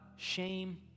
Shame